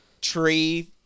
tree